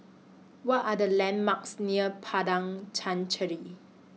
What Are The landmarks near Padang Chancery